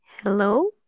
Hello